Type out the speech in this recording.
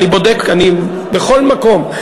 בכל מקום,